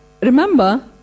remember